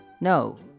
no